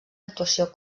actuació